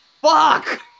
fuck